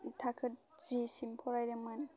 थाखो जिसिम फरायदोंमोन